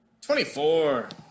24